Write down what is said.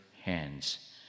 hands